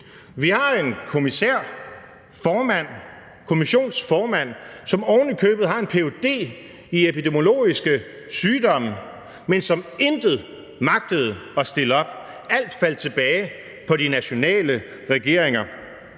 Vi har en kommissionsformand, som ovenikøbet har en ph.d. i epidemiologiske sygdomme, men som intet magtede at stille op; alt faldt tilbage på de nationale regeringer.